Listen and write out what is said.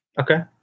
Okay